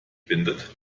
bindet